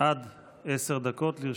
עד עשר דקות לרשותך,